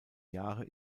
jahre